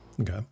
Okay